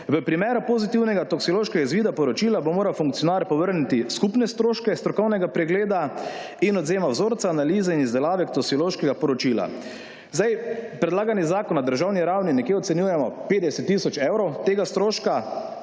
V primeru pozitivnega toksikološkega izvida, poročila, bo moral funkcionar povrniti skupne stroške strokovne pregleda in odvzema vzorca, analize in izdelave toksikološkega poročila. Zdaj, predlagani zakon na državni ravni nekje ocenjujemo 50 tisoč evrov tega stroška,